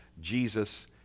jesus